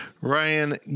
Ryan